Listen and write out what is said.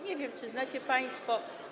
Nie wiem, czy znacie państwo.